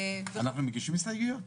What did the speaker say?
אנחנו מגישים הסתייגויות?